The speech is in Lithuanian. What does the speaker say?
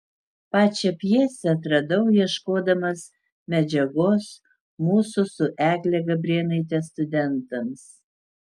pačią pjesę atradau ieškodamas medžiagos mūsų su egle gabrėnaite studentams